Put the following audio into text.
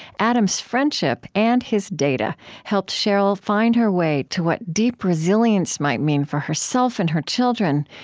adam's friendship and his data helped sheryl find her way to what deep resilience might mean for herself and her children,